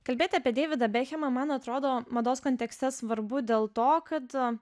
kalbėti apie deividą bekhemą man atrodo mados kontekste svarbu dėl to kad